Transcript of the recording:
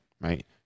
right